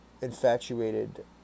infatuated